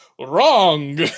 wrong